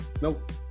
Nope